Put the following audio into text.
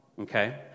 Okay